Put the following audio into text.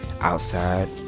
outside